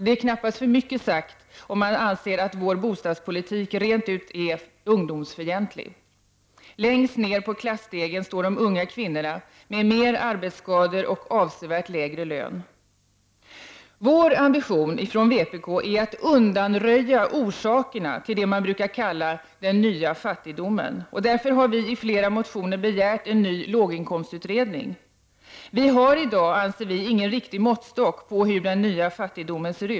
Det är knappast för mycket sagt att vår bostadspolitik är rent ungdomsfientlig. Längst ner på klasstegen står de unga kvinnorna med fler arbetsskador och avsevärt lägre lön än männen. Vår ambition i vpk är att undanröja orsakerna till det man brukar kalla den ”nya” fattigdomen. Därför har vi i flera motioner begärt en ny låginkomstutredning. Det finns i dag ingen riktig måttstock på den ”nya” fattigdo men.